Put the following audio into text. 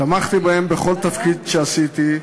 תמכתי בהם בכל תפקיד שעשיתי,